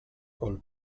col